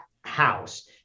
house